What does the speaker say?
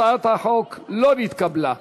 הצעת החוק לא נתקבלה.